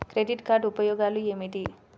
Credit card ఉపయోగాలు ఏమిటి?